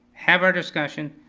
have our discussion,